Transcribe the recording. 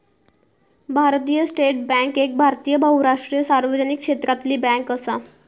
भारतीय State Bank एक भारतीय बहुराष्ट्रीय सार्वजनिक क्षेत्रातली बॅन्क असा